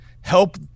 help